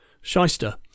shyster